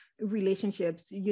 relationships